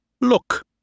Look